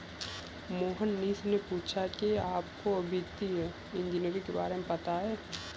मोहनीश ने पूछा कि क्या आपको वित्तीय इंजीनियरिंग के बारे में पता है?